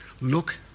look